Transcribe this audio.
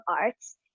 Arts